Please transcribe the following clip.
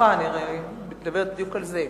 אני מדברת בדיוק על זה.